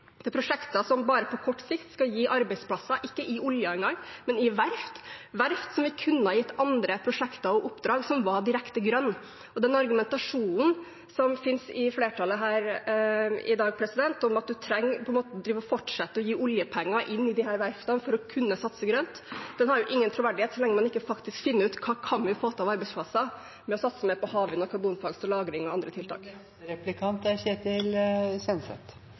prosjekter som bare på kort sikt skal gi arbeidsplasser – ikke i oljen engang, men på verft, verft som vi kunne gitt andre prosjekter og oppdrag som var direkte grønne. Den argumentasjonen som finnes i flertallet her i dag om at en trenger å drive og fortsette å gi oljepenger inn i disse verftene for å kunne satse grønt, har ingen troverdighet så lenge man ikke faktisk finner ut hva vi kan få til av arbeidsplasser med å satse mer på havvind, karbonfangst og - lagring og andre tiltak. Ja, klimagassutslipp er